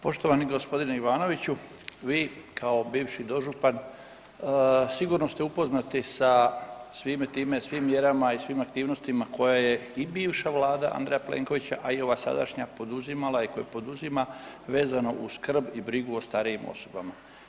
Poštovani gospodine Ivanoviću, vi kao bivši dožupan sigurno ste upoznati sa svime time, svim mjerama i svim aktivnosti koje je i bivša Vlada Andreja Plenkovića, a i ova sadašnja poduzimala i koje poduzima vezano uz skrb i brigu o starijim osobama.